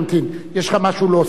יש לך משהו להוסיף לפני כן,